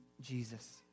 Jesus